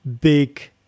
big